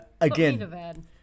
Again –